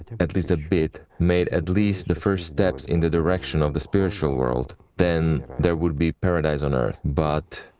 at least a bit, made at least the first steps in the direction of the spiritual world, then there would be paradise on earth, but,